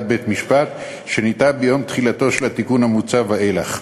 בית-משפט שניתנה ביום תחילתו של התיקון המוצע ואילך.